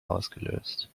ausgelöst